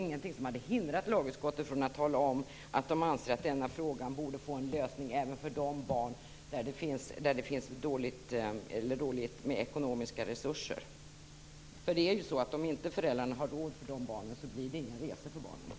Inget hade hindrat lagutskottet från att tala om att det anser att denna fråga borde få en lösning även för de barn där det finns dåligt med ekonomiska resurser. För det är ju så att om föräldrarna till de här barnen inte har råd, så blir det inga resor för barnen.